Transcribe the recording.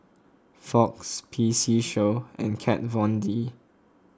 Fox P C Show and Kat Von D